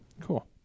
Cool